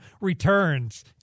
returns